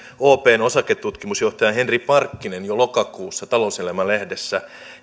opn osaketutkimusjohtaja henri parkkinen jo lokakuussa talouselämä lehdessä